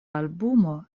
albumo